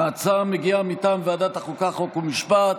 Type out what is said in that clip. ההצעה מגיעה מטעם ועדת החוקה, חוק ומשפט,